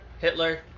Hitler